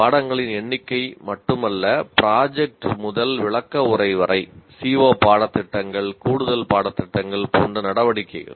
பாடங்களின் எண்ணிக்கை மட்டுமல்ல ப்ராஜெக்ட் முதல் விளக்கவுரை வரை CO பாட திட்டங்கள் கூடுதல் பாட திட்டங்கள் போன்ற நடவடிக்கைகள்